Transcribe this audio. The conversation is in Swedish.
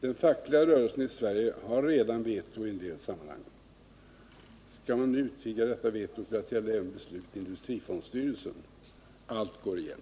Den fackliga rörelsen i Sverige har redan veto i en del sammanhang. Skall man nu utvidga denna vetorätt till att gälla även beslut i industrifondstyrelsen? Allt går igen.